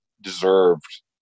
deserved